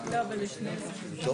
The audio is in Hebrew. אני לא